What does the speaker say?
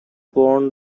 born